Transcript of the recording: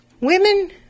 women